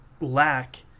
lack